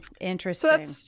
interesting